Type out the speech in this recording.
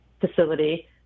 facility